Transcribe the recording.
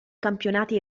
campionati